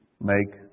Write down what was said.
make